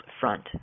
front